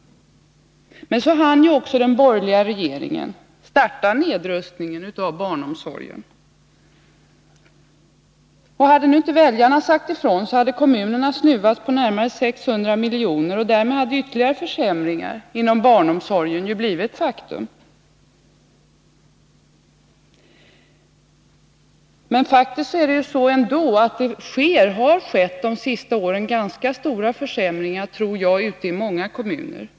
Men så hann ju också de borgerliga regeringarna inleda nedrustningen av barnomsorgen. Hade inte väljarna sagt ifrån skulle kommunerna snuvats på närmare 600 milj.kr., och därmed hade ytterligare försämringar inom barnomsorgen blivit ett faktum. Men det är faktiskt så att det ändå de senaste åren har skett ganska stora försämringar i många kommuner.